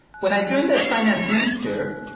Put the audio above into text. when i joined as finance minister,